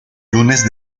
lunes